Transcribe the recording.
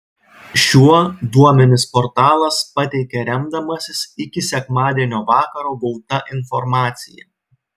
šiuo duomenis portalas pateikė remdamasis iki sekmadienio vakaro gauta informacija